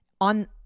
on